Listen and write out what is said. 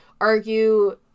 argue